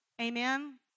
Amen